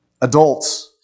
Adults